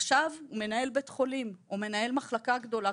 עכשיו מנהל בית חולים או מנהל מחלקה גדולה,